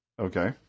Okay